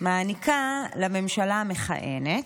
מעניק לממשלה המכהנת,